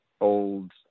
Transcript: old